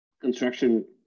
construction